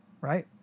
right